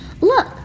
look